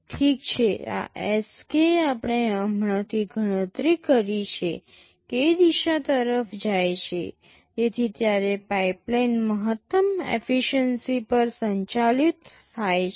ઠીક છે આ Sk આપણે હમણાંથી ગણતરી કરી છે k દિશા તરફ જાય છે તેથી ત્યારે પાઇપલાઇન મહત્તમ એફીશ્યન્સી પર સંચાલિત થાય છે